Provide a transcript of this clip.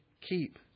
keep